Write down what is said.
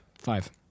five